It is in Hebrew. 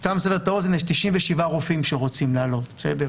קצת לסבר את האוזן, יש 97 רופאים שרוצים לעלות.